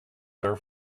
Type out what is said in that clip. their